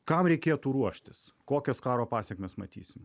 kam reikėtų ruoštis kokias karo pasekmes matysim